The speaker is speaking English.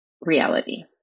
reality